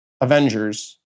Avengers